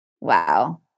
Wow